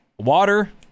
water